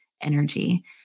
energy